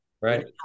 Right